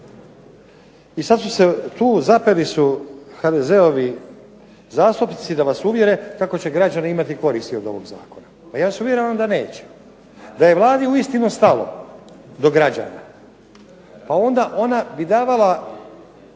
I sada su se tu zapeli su HDZ-ovi zastupnici da nas uvjere kako će građani imati koristi od ovog Zakona, ja vas uvjeravam da neće. DA je Vladi uistinu stalo do građana pa onda bi ona davala